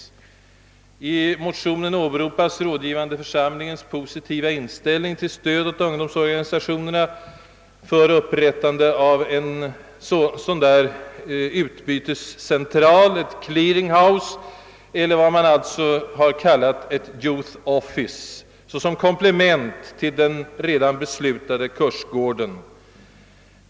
I motionen åberopas rådgivande församlingens positiva inställning till stöd åt ungdomsorganisationerna för upprättande av en sådan här utbytescentral, ett clearing house eller vad man alltså kallat Youth Office såsom komplement till den redan beslutade kursgården.